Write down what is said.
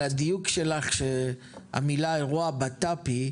הדיוק שלך שהמילה היא אירוע ביטחון פנים,